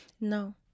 No